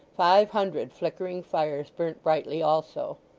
five hundred flickering fires burnt brightly also.